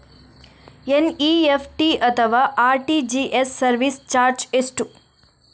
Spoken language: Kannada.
ಎನ್.ಇ.ಎಫ್.ಟಿ ಅಥವಾ ಆರ್.ಟಿ.ಜಿ.ಎಸ್ ಸರ್ವಿಸ್ ಚಾರ್ಜ್ ಎಷ್ಟು?